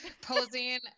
posing